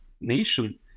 nation